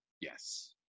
Yes